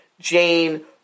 Jane